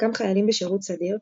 חלקם חיילים בשירות סדיר,